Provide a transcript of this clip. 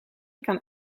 kan